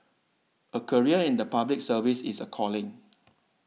a career in the Public Service is a calling